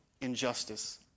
injustice